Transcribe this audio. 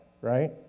right